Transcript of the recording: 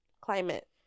Climate